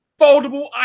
foldable